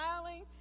smiling